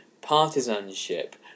partisanship